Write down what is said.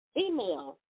email